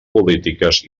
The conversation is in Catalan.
polítiques